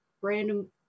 random